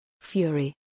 Fury